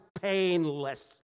painless